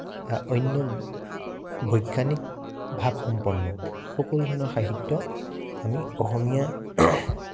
বা অন্য বৈজ্ঞানিক ভাৱসম্পন্ন সকলো ধৰণৰ সাহিত্য আমি অসমীয়া